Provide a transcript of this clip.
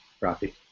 Rafi